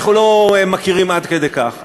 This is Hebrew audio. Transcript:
אנחנו לא מכירים עד כדי כך,